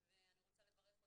ואני רוצה לברך אותך,